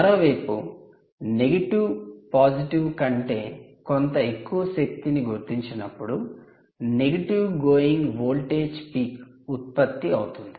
మరోవైపు negative positive కంటే కొంత ఎక్కువ శక్తిని గుర్తించినప్పుడు 'negative going voltage peak' 'negative going voltage peak' ఉత్పత్తి అవుతుంది